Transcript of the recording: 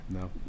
no